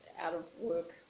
out-of-work